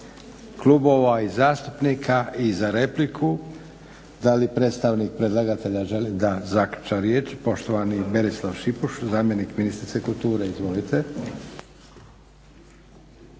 klubova i zastupnika i za repliku. Da li predstavnik predlagatelja želi da zaključa riječ? Poštovani Berislav Šipuš, zamjenik ministrice kulture. Izvolite.